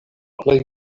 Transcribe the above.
plej